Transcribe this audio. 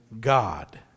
God